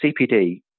CPD